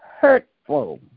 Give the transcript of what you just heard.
hurtful